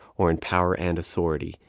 or in power and authority,